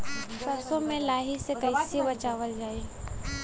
सरसो में लाही से कईसे बचावल जाई?